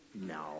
No